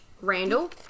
Randall